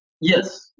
Yes